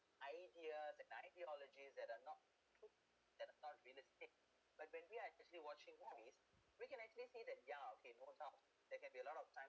ideas and ideologies that are not !oops! that are not realistic but when we're actually watching movies we can actually say that ya okay no doubt there can be a lot of time